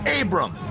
Abram